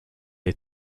est